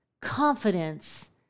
confidence